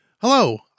hello